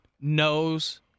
knows